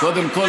קודם כול,